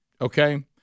okay